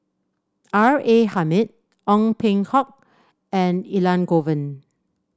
R A Hamid Ong Peng Hock and Elangovan